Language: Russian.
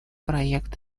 проект